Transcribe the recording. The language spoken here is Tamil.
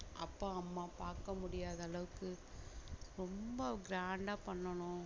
அப்பா அம்மா பார்க்க முடியாத அளவுக்கு ரொம்ப கிராண்டாக பண்ணணும்